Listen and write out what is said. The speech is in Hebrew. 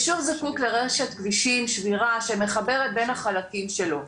ישוב זקוק לרשת כבישים שבירה שמחברת בין החלקים שלו.